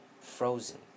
frozen